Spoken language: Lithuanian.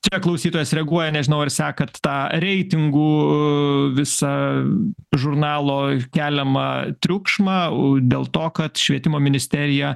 čia klausytojas reaguoja nežinau ar sekat tą reitingu visą žurnalo keliamą triukšmą dėl to kad švietimo ministerija